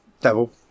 devil